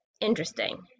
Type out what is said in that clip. interesting